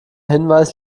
hinweis